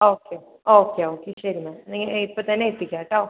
okay okay okay ശരി ma'am ഇപ്പം തന്നെ എത്തിക്കാട്ടോ